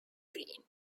green